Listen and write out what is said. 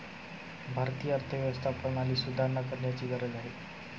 भारतीय अर्थव्यवस्था प्रणालीत सुधारणा करण्याची गरज आहे